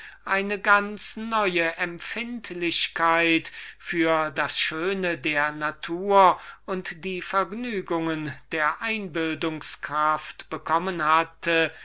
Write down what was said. eine ganz neue empfindlichkeit für das schöne der natur und die vergnügungen der einbildungskraft bekommen hatte